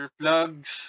plugs